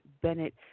Bennett